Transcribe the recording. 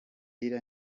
ira